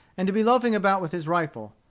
and to be loafing about with his rifle,